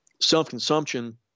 Self-consumption